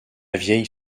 vieille